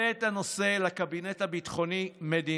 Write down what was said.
הבא את הנושא לקבינט הביטחוני-מדיני,